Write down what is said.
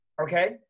okay